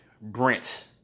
Brent